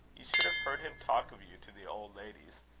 you should have heard him talk of you to the old ladies.